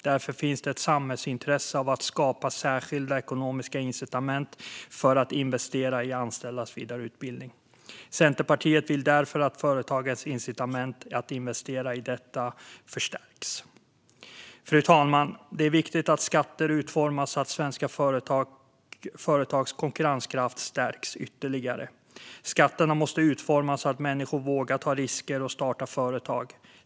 Därför finns det ett samhällsintresse av att skapa särskilda ekonomiska incitament att investera i anställdas vidareutbildning. Centerpartiet vill därför att företagens incitament att investera i detta förstärks. Fru talman! Det är viktigt att skatter utformas så att svenska företags konkurrenskraft stärks ytterligare. Skatterna måste utformas så att människor vågar ta risker och starta företag.